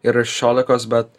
yra šešiolikos bet